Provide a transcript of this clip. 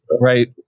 right